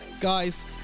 Guys